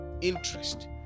interest